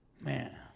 Man